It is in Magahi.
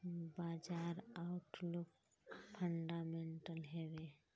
बाजार आउटलुक फंडामेंटल हैवै?